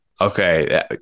Okay